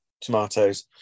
tomatoes